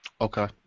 Okay